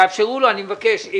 מבקש באמת, לתת לו, תאפשרו.